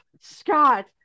Scott